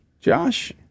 Josh